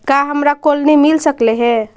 का हमरा कोलनी मिल सकले हे?